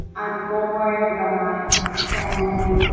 i'm more worried about my family.